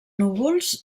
núvols